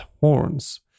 horns